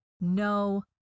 no